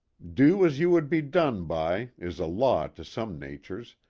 do as you would be done by is a law to some natures,